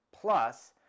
plus